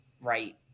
right